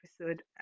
episode